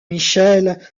michel